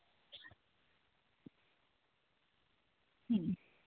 ᱦᱩᱸ